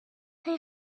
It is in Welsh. chi